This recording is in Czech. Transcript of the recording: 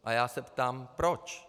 A já se ptám proč?